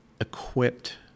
equipped